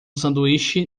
sanduíche